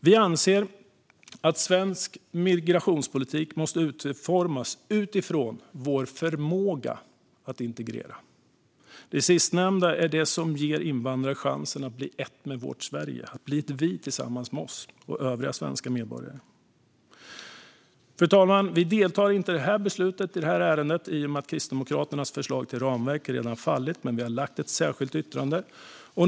Vi anser att svensk migrationspolitik måste utformas utifrån vår förmåga att integrera. Det sistnämnda är det som ger invandrare chansen att bli ett med vårt Sverige, att bli ett vi tillsammans med oss och övriga svenska medborgare. Fru talman! Vi deltar inte i beslutet i det här ärendet i och med att Kristdemokraternas förslag till ramverk redan har fallit, men vi har lagt fram ett särskilt yttrande.